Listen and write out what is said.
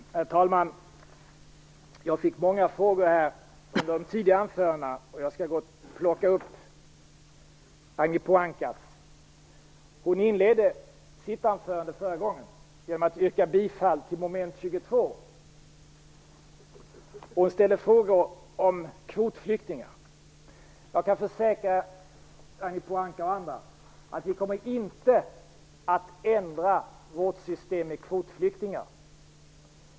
Herr talman! Jag fick många frågor i de tidigare anförandena, och jag skall ta upp Ragnhild Pohankas. Hon inledde sitt anförande förra gången med att yrka bifall till mom. 22. Hon ställde frågor om kvotflyktingar. Jag kan försäkra Ragnhild Pohanka och andra att vi inte kommer att ändra vårt system med kvotflyktingar.